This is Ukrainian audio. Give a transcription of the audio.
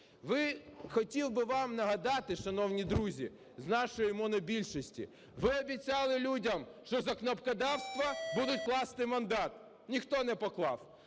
Хотів би вам нагадати, шановні друзі з нашої монобільшості: ви обіцяли людям, що за кнопкодовство будуть класти мандат. Ніхто не поклав.